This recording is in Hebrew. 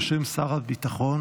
בשם שר הביטחון,